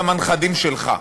גם הנכדים שלך.